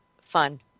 fun